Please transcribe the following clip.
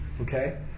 okay